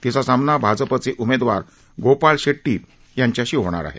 तिचा सामना भाजपचे तगडे उमेदवार गोपाळ शेट्टी यांच्याशी होणार आहे